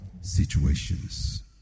situations